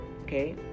Okay